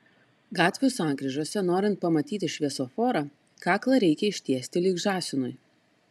gatvių sankryžose norint pamatyti šviesoforą kaklą reikia ištiesti lyg žąsinui